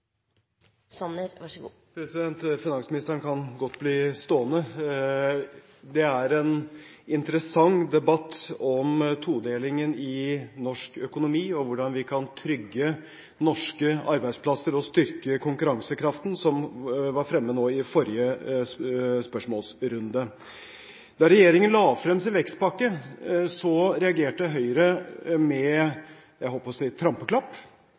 Finansministeren kan godt bli stående. Det er en interessant debatt om todelingen i norsk økonomi, om hvordan vi kan trygge norske arbeidsplasser og styrke konkurransekraften, som var fremme nå i forrige spørsmålsrunde. Da regjeringen la frem sin vekstpakke, reagerte Høyre med – jeg holdt på å si – trampeklapp.